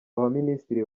baminisitiri